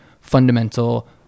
fundamental